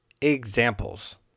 examples